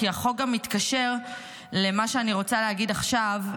כי החוק גם מתקשר למה שאני רוצה להגיד עכשיו.